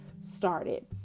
started